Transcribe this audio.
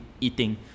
eating